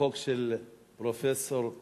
חוק של פרופסור נודלמן,